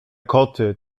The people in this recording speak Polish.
koty